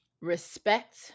respect